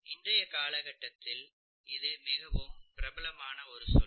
இன்றைய காலகட்டத்தில் இது மிகவும் பிரபலமான ஒரு சொல்